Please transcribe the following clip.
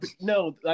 No